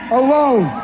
alone